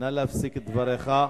נא להפסיק את דבריך.